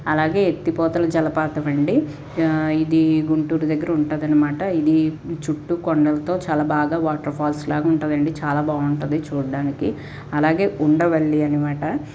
అలాగే ఎత్తిపోతల జలపాతం అండి ఇది గుంటూరు దగ్గర ఉంటాదనమాట ఇది చుట్టూ కొండలతో చాలా బాగా వాటర్ఫాల్స్లాగా ఉంటుంది అండి చాలా బాగుంటుంది చూడడానికి అలాగే ఉండవల్లి అనమాట